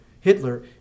Hitler